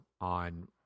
on